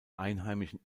einheimischen